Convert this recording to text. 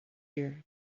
year